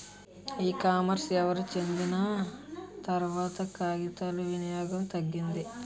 ఈ కామర్స్ ఎవరు చెందిన తర్వాత కాగితాల వినియోగం తగ్గింది